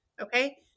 Okay